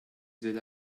that